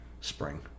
spring